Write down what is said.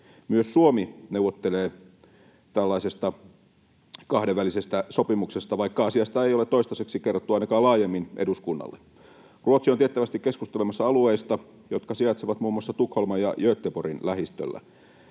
Myös Suomi neuvottelee tällaisesta kahdenvälisestä sopimuksesta, vaikka asiasta ei ole toistaiseksi kerrottu ainakaan laajemmin eduskunnalle. Ruotsi on tiettävästi keskustelemassa alueista, jotka sijaitsevat muun muassa Tukholman ja Göteborgin lähistöllä.